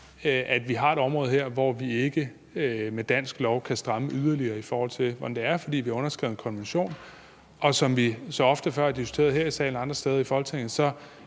at vi har et område her, hvor vi ikke med dansk lov kan stramme yderligere, i forhold til hvordan det er, fordi vi har underskrevet en konvention. Og som vi så ofte før har diskuteret her i salen og andre steder i Folketinget, er